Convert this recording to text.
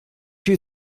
you